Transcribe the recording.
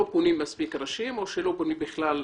לא פונים מספיק אנשים או שלא פונים בכלל.